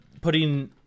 putting